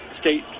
State